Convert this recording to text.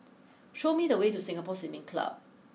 show me the way to Singapore Swimming Club